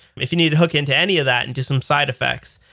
if you need to hook into any of that and do some side effects,